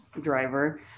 driver